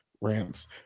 rants